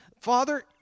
Father